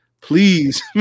Please